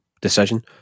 decision